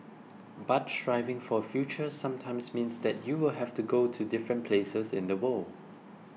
but striving for a future sometimes means that you will have to go to different places in the world